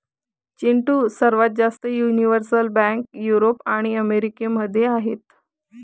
चिंटू, सर्वात जास्त universal bank Europe आणि अमेरिका मध्ये आहेत